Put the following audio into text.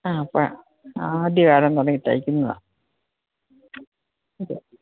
ആ ആദ്യകാലം തുടങ്ങി തയ്ക്കുന്നതാണ് അതെ